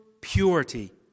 purity